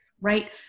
right